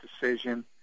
decision